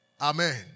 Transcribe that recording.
Amen